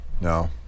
No